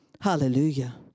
Hallelujah